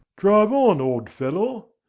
drive on, old fellow!